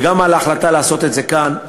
וגם על ההחלטה לעשות את זה כאן.